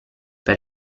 per